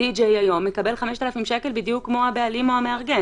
הדי-ג'יי היום מקבל 5,000 שקל בדיוק כמו הבעלים או המארגן.